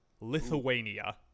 Lithuania